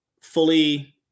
fully